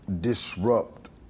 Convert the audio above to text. disrupt